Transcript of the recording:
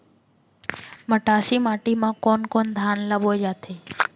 मटासी माटी मा कोन कोन धान ला बोये जाथे?